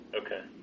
Okay